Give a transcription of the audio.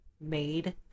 made